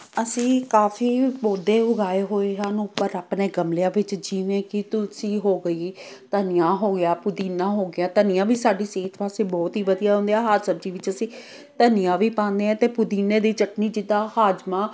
ਅਸੀਂ ਕਾਫੀ ਪੌਦੇ ਉਗਾਏ ਹੋਏ ਹਨ ਉੱਪਰ ਆਪਣੇ ਗਮਲਿਆਂ ਵਿੱਚ ਜਿਵੇਂ ਕਿ ਤੁਲਸੀ ਹੋ ਗਈ ਧਨੀਆ ਹੋ ਗਿਆ ਪੁਦੀਨਾ ਹੋ ਗਿਆ ਧਨੀਆ ਵੀ ਸਾਡੀ ਸਿਹਤ ਵਾਸਤੇ ਬਹੁਤ ਹੀ ਵਧੀਆ ਹੁੰਦੇ ਆ ਹਰ ਸਬਜ਼ੀ ਵਿੱਚ ਅਸੀਂ ਧਨੀਆ ਵੀ ਪਾਉਂਦੇ ਹਾਂ ਅਤੇ ਪੁਦੀਨੇ ਦੀ ਚਟਨੀ ਜਿੱਦਾਂ ਹਾਜ਼ਮਾ